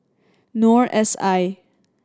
Noor S I